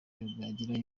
bibagiraho